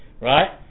right